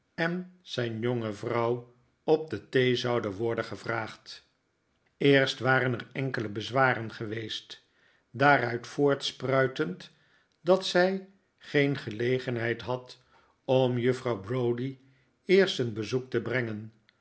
en zijn jonge vrouw op de thee zouden worden gevraagd eerst waren er enkele bezwaren geweest daaruit voortspruitend dat zij geen gelegenhejd had om juffrouw browdie eerst een bezoek te brengen